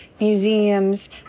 museums